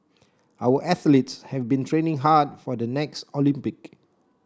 our athletes have been training hard for the next Olympic